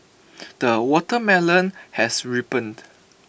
the watermelon has ripened